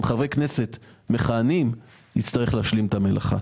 עם חברי כנסת מכהנים נצטרך להשלים את המלאכה.